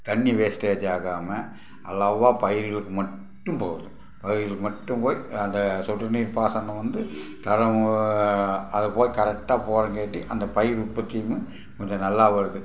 தண்ணி வேஸ்டேஜ் ஆகாமல் அளவாக பயிருகளுக்கு மட்டும் போகணும் பயிருகளுக்கு மட்டும் போய் அந்த சொட்டு நீர் பாசனம் வந்து தரம் அதை போய் கரெக்டாக போறங்காட்டி அந்த பயிர் உற்பத்தியுமே கொஞ்சம் நல்லா வருது